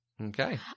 Okay